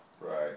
right